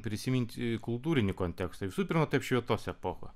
prisiminti kultūrinį kontekstą visų pirma tai apšvietos epochą